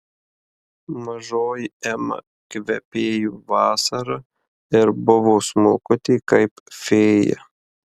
mažoji ema kvepėjo vasara ir buvo smulkutė kaip fėja